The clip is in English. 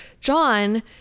John